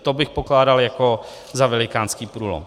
To bych pokládal jako za velikánský průlom.